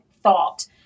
thought